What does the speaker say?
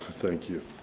thank you.